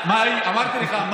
מאי, אמרתי לך.